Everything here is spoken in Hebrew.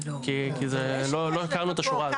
כי זה לא, לא הכרנו את השורה הזאת.